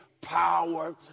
power